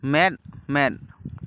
ᱢᱮᱸᱫ ᱢᱮᱸᱫ